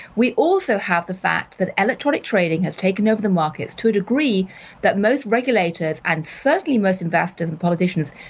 we also have the fact that electronic trading has taken over the markets to a degree that most regulators, and certainly most investors and politicians,